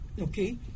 okay